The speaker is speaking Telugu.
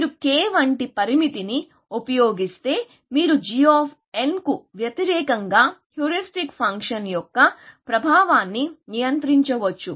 మీరు k వంటి పరిమితిని ఉపయోగిస్తే మీరు g కు వ్యతిరేకంగా హ్యూరిస్టిక్ ఫంక్షన్ యొక్క ప్రభావాన్ని నియంత్రించవచ్చు